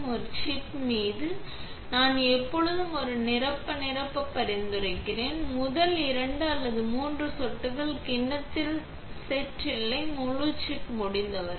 ஒரு சிப் மீது நான் எப்போதும் ஒரு நிரப்ப ஒரு நிரப்ப பரிந்துரைக்கிறேன் முதல் 2 அல்லது 3 சொட்டுகள் கிண்ணத்தில் செட் இல்லை முழு சிப் முடிந்தவரை